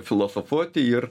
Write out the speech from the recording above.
filosofuoti ir